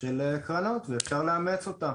של קרנות ואפשר לאמץ אותה.